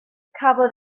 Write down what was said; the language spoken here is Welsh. cafodd